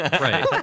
Right